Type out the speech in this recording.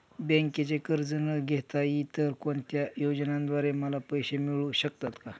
बँकेचे कर्ज न घेता इतर कोणत्या योजनांद्वारे मला पैसे मिळू शकतात?